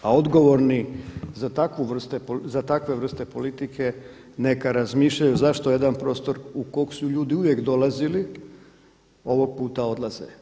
A odgovorni za takve vrste politike neka razmišljaju zašto jedan prostor u koga su ljudi uvijek dolazili ovog puta odlaze.